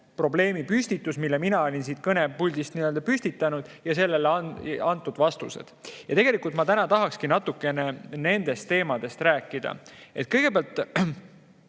probleemi [käsitlus], mille mina olin siin kõnepuldis püstitanud, ja sellele antud vastused. Tegelikult ma täna tahakski natukene nendest teemadest rääkida. Kõigepealt